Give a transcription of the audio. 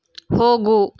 ಹೋಗು